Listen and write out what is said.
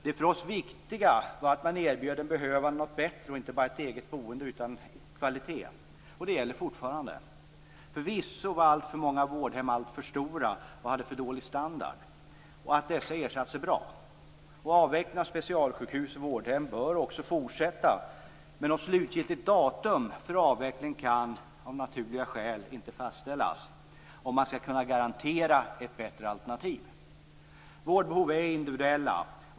Det för oss viktiga var att man erbjöd den behövande något bättre - inte bara ett eget boende utan också kvalitet. Det gäller fortfarande. Förvisso var alltför många vårdhem alltför stora och hade för dålig standard. Att dessa har ersatts är bra. Avvecklingen av specialsjukhus och vårdhem bör också fortsätta. Men något slutgiltigt datum för avveckling kan av naturliga skäl inte fastställas om man skall kunna garantera ett bättre alternativ. Vårdbehov är individuella.